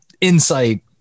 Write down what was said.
insight